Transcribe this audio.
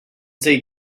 take